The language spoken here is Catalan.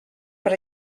per